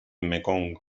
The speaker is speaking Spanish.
mekong